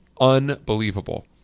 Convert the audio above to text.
unbelievable